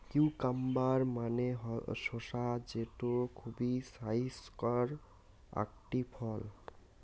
cucumber মানে হসে শসা যেটো খুবই ছাইস্থকর আকটি ফল